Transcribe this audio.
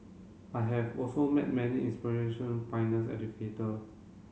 I have also met many inspiration pioneers educator